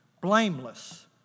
blameless